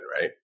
right